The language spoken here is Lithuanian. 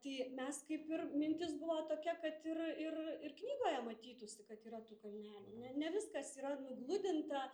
tai mes kaip ir mintis buvo tokia kad ir ir ir knygoje matytųsi kad yra tų kalnelių ne ne viskas yra nugludinta